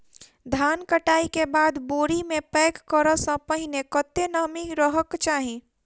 धान कटाई केँ बाद बोरी मे पैक करऽ सँ पहिने कत्ते नमी रहक चाहि?